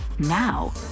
now